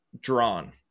drawn